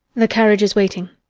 the carriage is waiting.